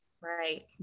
Right